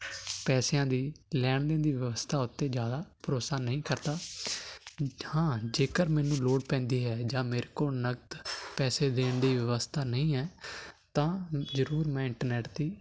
ਪੈਸਿਆਂ ਦੀ ਲੈਣ ਦੇਣ ਦੀ ਵਿਵਸਥਾ ਉੱਤੇ ਜ਼ਿਆਦਾ ਭਰੋਸਾ ਨਹੀਂ ਕਰਦਾ ਹਾਂ ਜੇਕਰ ਮੈਨੂੰ ਲੋੜ ਪੈਂਦੀ ਹੈ ਜਾਂ ਮੇਰੇ ਕੋਲ ਨਕਦ ਪੈਸੇ ਦੇਣ ਦੀ ਵਿਵਸਥਾ ਨਹੀਂ ਹੈ ਤਾਂ ਜ਼ਰੂਰ ਮੈਂ ਇੰਟਰਨੈੱਟ ਦੀ